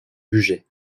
bugey